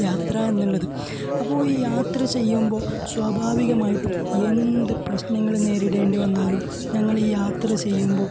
യാത്രയെന്നുള്ളത് അപ്പോൾ ഈ യാത്ര ചെയ്യുമ്പോൾ സ്വാഭാവികമായിട്ടും എന്തു പ്രശ്നങ്ങൾ നേരിടേണ്ടി വന്നാലും നിങ്ങൾ യാത്ര ചെയ്യുമ്പോൾ